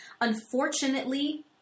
Unfortunately